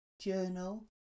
journal